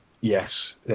yes